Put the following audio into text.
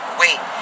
wait